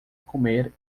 comer